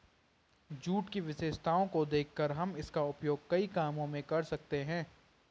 jute की विशेषताओं को देखकर हम इसका उपयोग कई कामों में कर सकते हैं